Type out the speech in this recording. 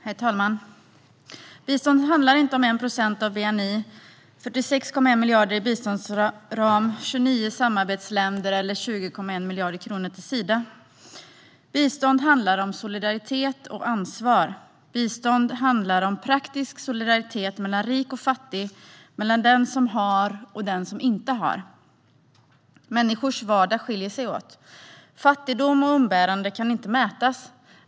Herr talman! Bistånd handlar inte om 1 procent av bni, om 46,1 miljarder i biståndsram, om 29 samarbetsländer eller om 20,1 miljarder kronor till Sida. Bistånd handlar om solidaritet och ansvar. Bistånd handlar om praktisk solidaritet mellan rik och fattig, mellan den som har och den som inte har. Människors vardag skiljer sig åt. Fattigdom och umbäranden kan inte mätas.